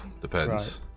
Depends